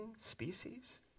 species